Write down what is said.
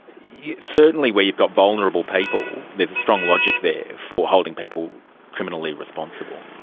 yeah certainly where you've got vulnerable people, there's a strong logic there for holding people criminally responsible.